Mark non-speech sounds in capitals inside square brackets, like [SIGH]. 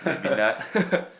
maybe not [LAUGHS]